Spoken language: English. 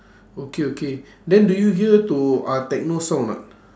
okay okay then do you hear to uh techno song or not